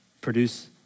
produce